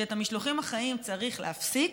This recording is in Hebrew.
שאת המשלוחים החיים צריך להפסיק.